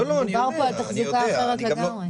מדובר פה על תחזוקה אחרת לגמרי.